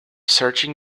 searching